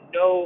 no